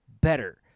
better